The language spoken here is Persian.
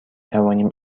توانیم